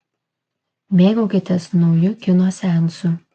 mėgaukitės nauju kino seansu